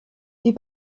die